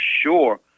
sure